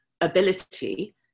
ability